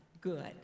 good